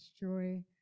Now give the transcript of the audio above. joy